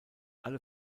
alle